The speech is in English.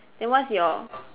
then what's your